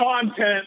Content